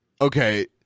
Okay